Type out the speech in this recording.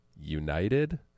United